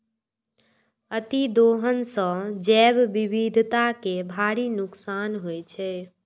अतिदोहन सं जैव विविधता कें भारी नुकसान होइ छै